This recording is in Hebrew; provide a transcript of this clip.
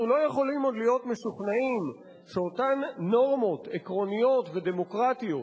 אנחנו לא יכולים עוד להיות משוכנעים שאותן נורמות עקרוניות ודמוקרטיות